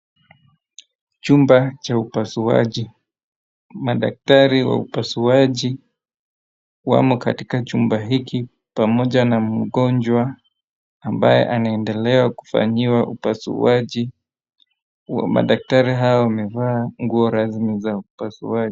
Chumba cha upasuaji. Madaktari wa upasuaji wamo katika chumba hiki pamoja na mgonjwa ambaye anaendelea kufanyiwa upasuaji. Madaktari hao wamevaa nguo rasmi za upasuaji.